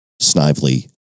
Snively